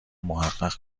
محقق